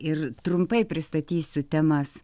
ir trumpai pristatysiu temas